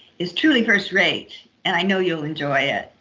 is truly first-rate and i know you'll enjoy it!